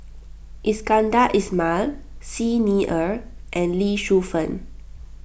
Iskandar Ismail Xi Ni Er and Lee Shu Fen